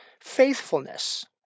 faithfulness